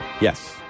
Yes